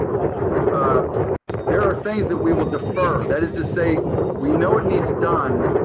um um there are things that we will defer that is to say, we know it needs done.